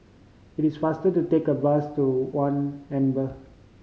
it is faster to take a bus to One Amber